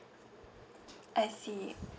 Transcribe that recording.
I see